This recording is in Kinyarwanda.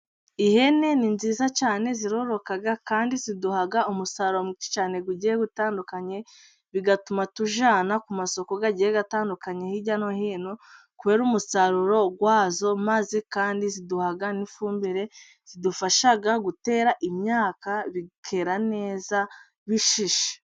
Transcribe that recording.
Ihene ni nziza cyane zirororoka kandi ziduha umusaruro mwinshi cyane ugiye utandukanye, bigatuma tujyana ku masoko agiye atandukanye hirya no hino kubera umusaruro wazo, maze kandi ziduha n'ifumbire idufasha gutera imyaka bikera neza bishishe.